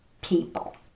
people